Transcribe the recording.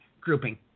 grouping